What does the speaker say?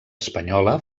espanyola